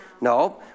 No